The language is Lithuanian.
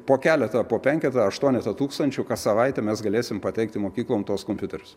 po keletą po penketą aštuonetą tūkstančių kas savaitę mes galėsim pateikti mokyklom tuos kompiuterius